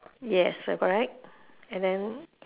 yes err correct and then